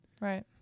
Right